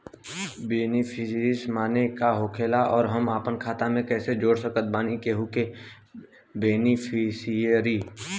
Beneficiary माने का होखेला और हम आपन खाता मे कैसे जोड़ सकत बानी केहु के बेनीफिसियरी?